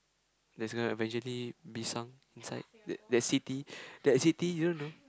that's gonna eventually be some beside that city that city you don't know